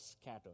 scattered